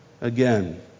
again